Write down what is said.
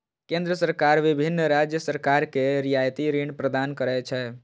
केंद्र सरकार विभिन्न राज्य सरकार कें रियायती ऋण प्रदान करै छै